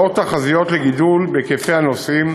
לאור תחזיות לגידול בהיקפי הנוסעים